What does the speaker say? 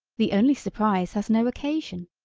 the only surprise has no occasion.